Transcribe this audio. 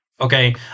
Okay